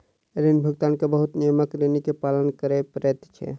ऋण भुगतान के बहुत नियमक ऋणी के पालन कर पड़ैत छै